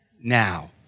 Now